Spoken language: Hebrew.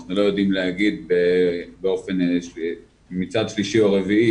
אנחנו לא יודעים להגיד מצד שלישי או רביעי